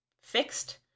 fixed